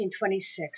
1926